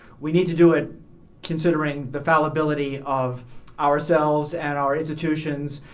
we need to do it considering the fallibility of ourselves, and our institutions,